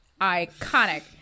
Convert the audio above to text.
Iconic